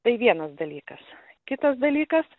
tai vienas dalykas kitas dalykas